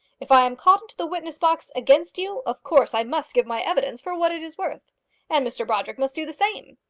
if i am called into the witness-box against you, of course i must give my evidence for what it is worth and mr brodrick must do the same.